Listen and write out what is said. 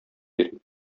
йөри